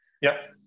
Yes